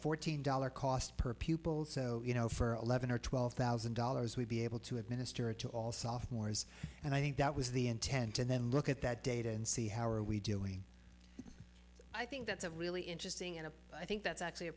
fourteen dollar cost per pupil so you know for eleven or twelve thousand dollars we'd be able to administer to all sophomores and i think that was the intent and then look at that data and see how are we doing i think that's a really interesting and i think that's actually a